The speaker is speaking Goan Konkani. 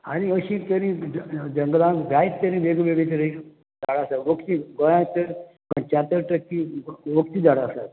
आनी अशीं तरी जंगलान जायत तरी वेगवेगळीं तरेचीं झाडां आसात वखदी गोंयांत तर पंचात्तर टक्की वखदी झाडां आसात